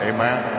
Amen